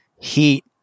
heat